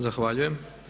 Zahvaljujem.